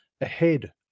ahead